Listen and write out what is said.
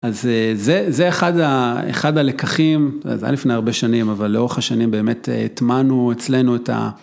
אז זה אחד הלקחים, זה היה לפני הרבה שנים, אבל לאורך השנים באמת הטמענו אצלנו את ה...